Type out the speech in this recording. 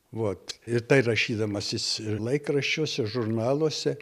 vot ir tai rašydamas jis ir laikraščiuose žurnaluose